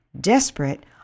Desperate